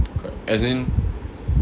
correct as in